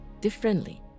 differently